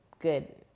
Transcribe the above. good